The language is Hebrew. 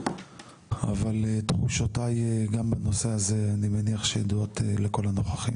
אבל תחושותיי גם בנושא הזה אני מניח שזהות לכל הנוכחים,